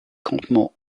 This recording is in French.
campements